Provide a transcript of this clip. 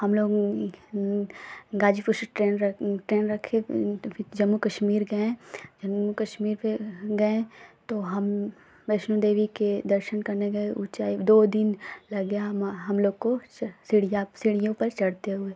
हम लोग गाजीपुर से ट्रेन रख ट्रेन रखे तो फिर जम्मू कश्मीर गए जम्मू कश्मीर पर गए तो हम वैष्णो देवी के दर्शन करने गए चाहे दो दिन लग गया हमा हम लोग को सीढ़ियाँ सीढ़ीयों पर चढ़ते हुए